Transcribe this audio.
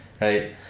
right